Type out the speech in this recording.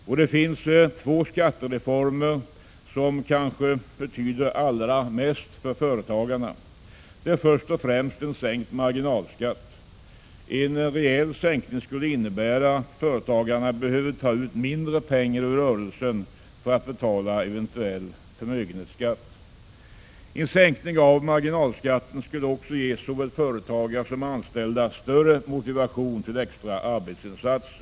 Och det finns två skattereformer som kanske betyder allra mest för företagarna. Det är först och främst en sänkt marginalskatt. En rejäl sänkning skulle innebära att företagarna behöver ta ut mindre pengar ur rörelsen för att betala eventuell förmögenhetsskatt. En sänkning av marginalskatten skulle också ge såväl företagare som anställda större motivation till extra arbetsinsatser.